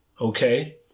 okay